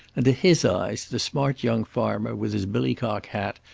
and to his eyes the smart young farmer with his billicock hat,